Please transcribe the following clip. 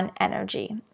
energy